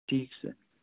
ٹھیٖک چھُ سر